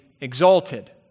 exalted